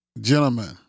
gentlemen